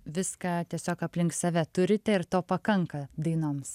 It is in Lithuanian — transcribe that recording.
viską tiesiog aplink save turite ir to pakanka dainoms